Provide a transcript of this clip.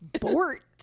Bort